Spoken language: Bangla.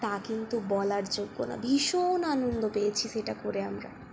তা কিন্তু বলার যোগ্য না ভীষণ আনন্দ পেয়েছি সেটা করে আমরা